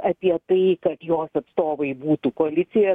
apie tai kad jos atstovai būtų koalicijoj